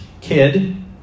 kid